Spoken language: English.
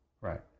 Right